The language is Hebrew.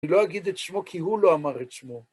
‫אני לא אגיד את שמו ‫כי הוא לא אמר את שמו.